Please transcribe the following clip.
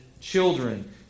children